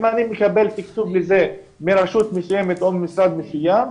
אם אני מקבל תקצוב מרשות מסוימת או ממשרד מסוים,